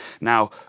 Now